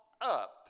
up